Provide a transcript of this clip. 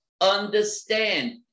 understand